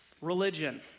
religion